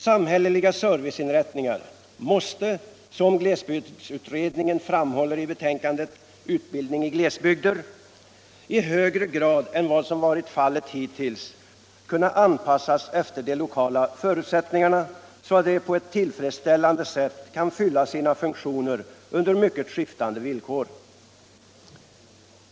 Samhälleliga serviceinrättningar måste — Ny organisation för som glesbygdsutredningen framhåller i betänkandet Utbildning i gles — postverket bygder i högre grad än vad som varit fallet hittills kunna anpassas efter de lokala förutsättningarna, så att de på ett tillfredsställande sätt kan fylla sina funktioner under mycket skiftande villkor.